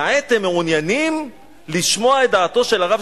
כעת הם מעוניינים לשמוע את דעתו של הרב